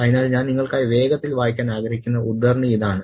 അതിനാൽ ഞാൻ നിങ്ങൾക്കായി വേഗത്തിൽ വായിക്കാൻ ആഗ്രഹിക്കുന്ന ഉദ്ധരണി ഇതാണ്